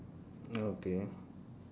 okay